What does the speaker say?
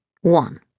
One